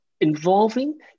involving